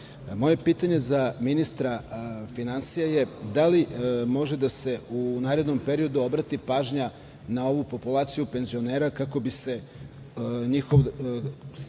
pitanje za ministra finansija je da li može da se u narednom periodu obrati pažnja na ovu populaciju penzionera kako bi se njihov